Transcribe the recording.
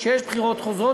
שיש בחירות חוזרות,